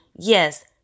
Yes